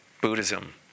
Buddhism